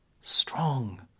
strong